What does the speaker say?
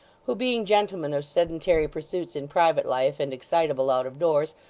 who, being gentlemen of sedentary pursuits in private life and excitable out of doors,